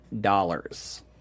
dollars